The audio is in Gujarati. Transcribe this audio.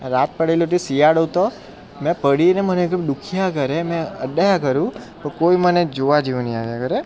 રાત પડેલી હતી શિયાળો હતો મેં પડ્યું ને મને કે દુખ્યા કરે મેં અડ્ડાયા કરું તો કોઈ મને જોવા જ નહીં આવે કરે